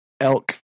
elk